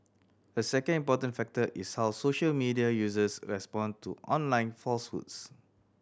a second important factor is how social media users respond to online falsehoods